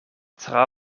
tra